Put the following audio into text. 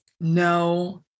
No